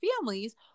families